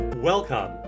Welcome